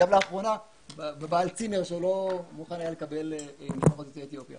לאחרונה בעל צימר לא היה מוכן לקבל משפחות יוצאי אתיופיה.